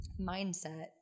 mindset